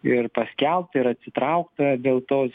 ir paskelbta ir atsitraukta dėl tos